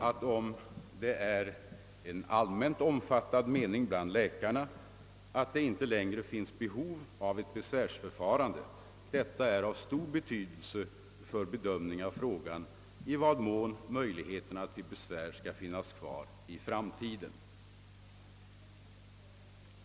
Men om det är en allmänt omfattad mening bland läkarna att det inte längre föreligger behov av ett besvärsförfarande, så är detta givetvis av stor betydelse för bedömningen av frågan i vad mån möjligheterna till besvär skall finnas kvar i framtiden.